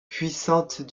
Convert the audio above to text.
puissante